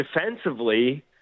defensively